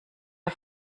der